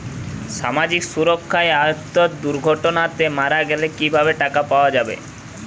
সামাজিক সুরক্ষার আওতায় দুর্ঘটনাতে মারা গেলে কিভাবে টাকা পাওয়া যাবে?